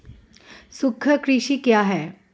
सूक्ष्म कृषि क्या है?